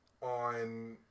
on